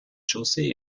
chaussée